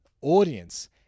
audience